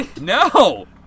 No